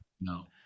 No